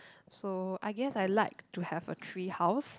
so I guess I like to have a treehouse